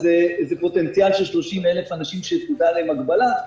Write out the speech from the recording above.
אז זה פוטנציאל של 30 אלף אנשים שתוטל עליהם הגבלה.